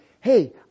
hey